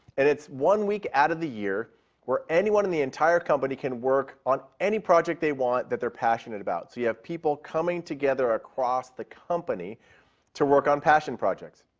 and it's one week out of the year where anyone in the entire company can work on any project that they want that they are passionate about. so you have people coming together across the company to work on passion projects.